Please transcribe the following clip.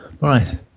Right